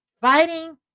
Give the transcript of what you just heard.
Fighting